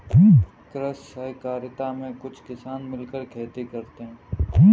कृषि सहकारिता में कुछ किसान मिलकर खेती करते हैं